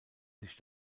sich